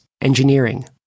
engineering